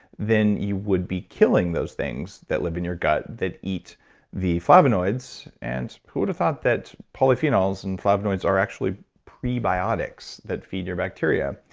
then you would be killing those things that live in your gut that eat the flavonoids. and who would have thought that polyphenols and flavonoids are actually prebiotics that feed your bacteria?